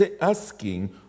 asking